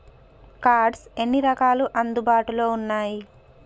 Cards ఎన్ని రకాలు అందుబాటులో ఉన్నయి?